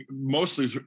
mostly